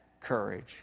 courage